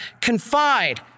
confide